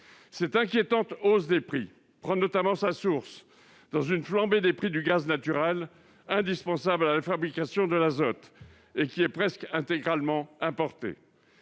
Cette inquiétante hausse des prix prend notamment sa source dans une flambée des prix du gaz naturel, indispensable à la fabrication de l'azote, et qui est presque intégralement importé.